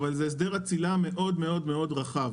אבל זה הסדר אצילה מאוד מאוד מאוד רחב.